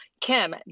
Kim